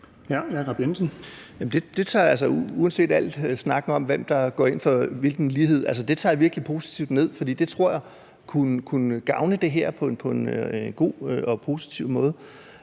Jacob Jensen (V): Uanset al snakken om, hvem der går ind for hvilken lighed, tager jeg det virkelig positivt ned, for det tror jeg kunne gavne det her på en god og positiv måde.